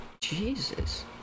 Jesus